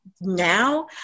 now